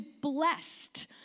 blessed